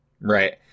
Right